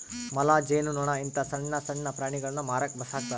ಮೊಲ, ಜೇನು ನೊಣ ಇಂತ ಸಣ್ಣಣ್ಣ ಪ್ರಾಣಿಗುಳ್ನ ಮಾರಕ ಸಾಕ್ತರಾ